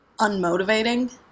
unmotivating